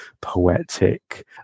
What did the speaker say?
poetic